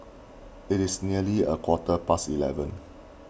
it is nearly a quarter past eleven